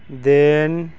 ਦੇਣ